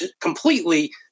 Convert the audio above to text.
completely